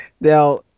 Now